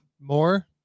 more